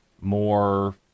more